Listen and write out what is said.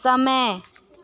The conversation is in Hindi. समय